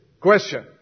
Question